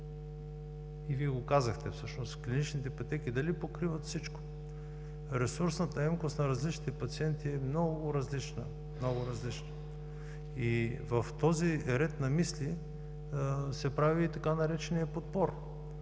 – Вие го казахте всъщност, клиничните пътеки дали покриват всичко? Ресурсната емкост на различните пациенти е много различна. Много различна! В този ред на мисли се прави и така нареченият „подбор”